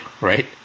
right